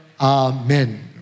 Amen